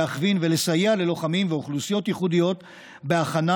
להכווין ולסייע ללוחמים ולאוכלוסיות ייחודיות בהכנה